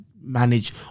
manage